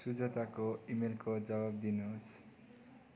सुजताको इमेलको जवाफ दिनुहोस्